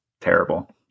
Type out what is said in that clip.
terrible